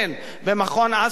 במכון אספן?